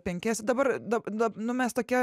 penkiese dabar da da nu mes tokie